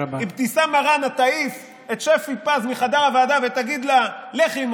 אבתיסאם מראענה תעיף את שפי פז מחדר הוועדה ותגיד לה "לכי,